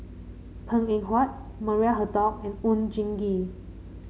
Png Eng Huat Maria Hertogh and Oon Jin Gee